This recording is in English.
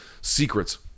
secrets